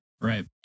Right